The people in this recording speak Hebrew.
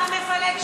המפלג שלכם.